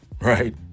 right